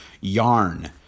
Yarn